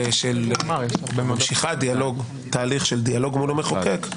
ממשיכה תהליך של דיאלוג מול המחוקק,